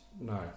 No